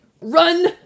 run